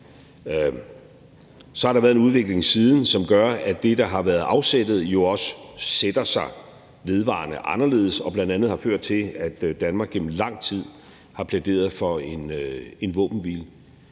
Så har der været en udvikling siden, som gør, at det, der har været afsættet, jo også sætter sig vedvarende anderledes og bl.a. har ført til, at Danmark gennem lang tid har plæderet for en våbenhvile